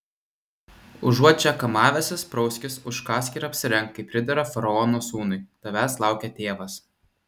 užuot čia kamavęsis prauskis užkąsk ir apsirenk kaip pridera faraono sūnui tavęs laukia tėvas